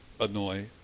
annoy